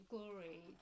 Glory